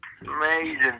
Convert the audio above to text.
amazing